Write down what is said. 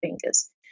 fingers